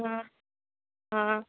हं हां